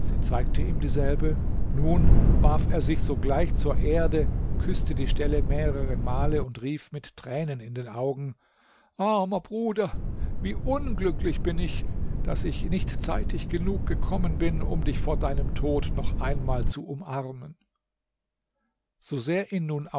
sie zeigte ihm dieselbe nun warf er sich sogleich zur erde küßte die stelle mehrere male und rief mit tränen in den augen armer bruder wie unglücklich bin ich daß ich nicht zeitig genug gekommen bin um dich vor deinem tod noch einmal zu umarmen so sehr ihn nun